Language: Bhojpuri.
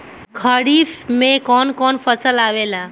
खरीफ में कौन कौन फसल आवेला?